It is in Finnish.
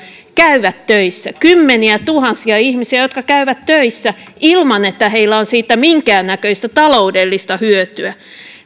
käyvät töissä kymmeniätuhansia ihmisiä jotka käyvät töissä ilman että heille on siitä minkäännäköistä taloudellista hyötyä